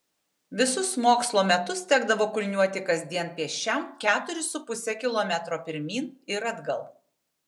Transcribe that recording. visus mokslo metus tekdavo kulniuoti kasdien pėsčiam keturis su puse kilometro pirmyn ir atgal